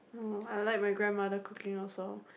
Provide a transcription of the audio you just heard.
oh I like my grandmother cooking also